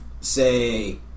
say